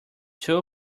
two